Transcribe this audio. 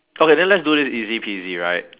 okay then let's do this easy peasy right